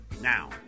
Now